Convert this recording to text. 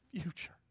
future